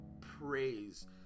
praise